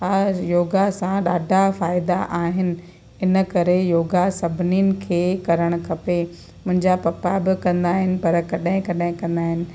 हा योगा सां ॾाढा फ़ाइदा आहिनि इन करे योगा सभिनीनि खे करणु खपे मुंहिंजा पप्पा बि कंदा आहिनि पर कॾहिं कॾहिं कंदा आहिनि